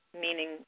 meaning